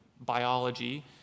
biology